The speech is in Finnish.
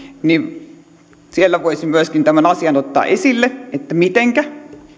siellä voisi myöskin tämän asian ottaa esille mitenkä